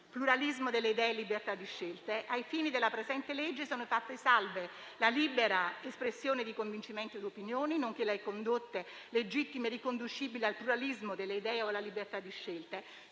«(*Pluralismo delle idee e libertà delle scelte*) 1. Ai fini della presente legge, sono fatte salve la libera espressione di convincimenti od opinioni nonché le condotte legittime riconducibili al pluralismo delle idee o alla libertà delle scelte».